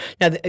now